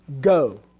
go